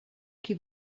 qui